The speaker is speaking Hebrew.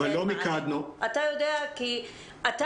אבל לא מיקדנו --- אתה יודע שזה לא נותן מענה.